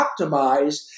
optimized